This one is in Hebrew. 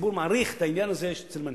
הציבור מעריך את העניין הזה אצל מנהיגות.